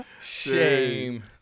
shame